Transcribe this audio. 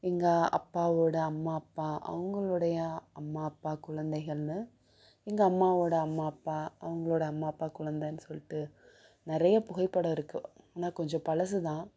எங்கள் அப்பாவோட அம்மா அப்பா அவுங்களுடைய அம்மா அப்பா குழந்தைகள்னு எங்கள் அம்மாவோட அம்மா அப்பா அவங்களோட அம்மா அப்பா குழந்தைன்னு சொல்லிட்டு நிறைய புகைப்படம் இருக்குது ஆனால் கொஞ்சம் பழசு தான்